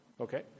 Okay